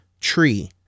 tree